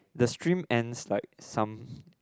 the stream ends like some